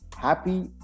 happy